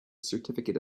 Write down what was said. certificate